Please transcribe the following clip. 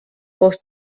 koos